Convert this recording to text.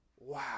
wow